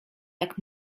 jak